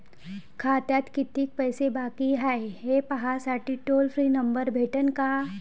खात्यात कितीकं पैसे बाकी हाय, हे पाहासाठी टोल फ्री नंबर भेटन का?